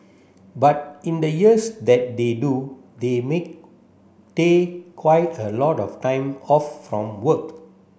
but in the years that they do they make take quite a lot of time off from work